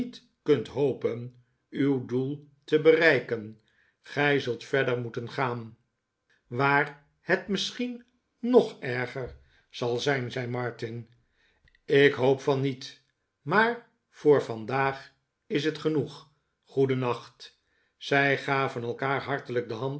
kunt hopen uw doel te bereiken gij zult verder moeten gaan waar het misschien nog erger zal zijn zei martin ik hoop van niet maar voor vandaag is het genoeg goedennacht zij gaven elkaar hartelijk de hand